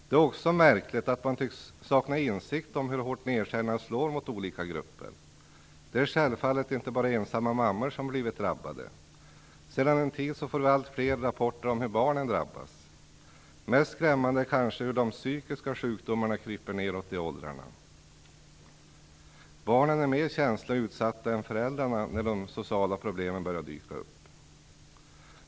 Det är också märkligt att man tycks sakna insikt om hur hårt nedskärningarna slår mot olika grupper. Det är självfallet inte bara ensamma mammor som blivit drabbade. Sedan en tid får vi allt fler rapporter om hur barnen drabbas. Mest skrämmande är kanske hur de psykiska sjukdomarna kryper nedåt i åldrarna. Barnen är mer känsliga och utsatta än föräldrarna när de sociala problemen börjar dyka upp.